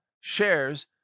shares